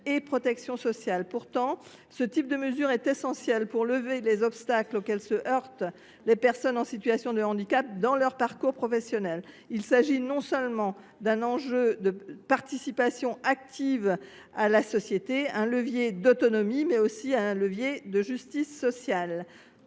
et protection sociale. Pourtant, ce type de mesure est essentiel pour lever les obstacles auxquels se heurtent les personnes en situation de handicap dans leur parcours professionnel. Il s’agit d’un levier d’autonomie et de participation active à la société, mais aussi de justice sociale.